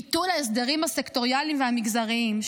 ביטול ההסדרים הסקטוריאליים והמגזריים,